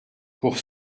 pour